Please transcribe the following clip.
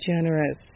generous